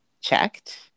checked